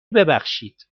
ببخشید